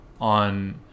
on